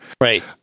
Right